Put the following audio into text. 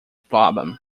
problem